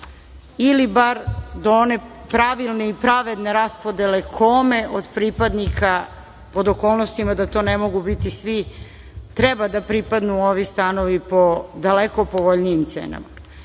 ili bar do one pravilne i pravedne raspodele kome od pripadnika, pod okolnostima da to ne mogu biti svi, treba da pripadnu ovi stanovi po daleko povoljnijim cenama.